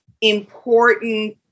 important